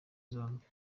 zombi